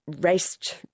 raced